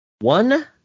one